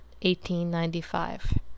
1895